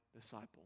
disciple